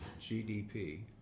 GDP